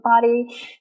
body